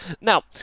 Now